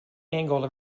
angle